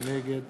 נגד